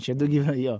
čia daugiau jo